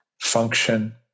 function